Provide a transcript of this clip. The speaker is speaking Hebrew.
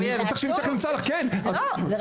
אני תיכף אמצא לך --- רגע,